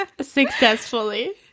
successfully